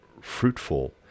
fruitful